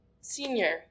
senior